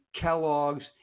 Kellogg's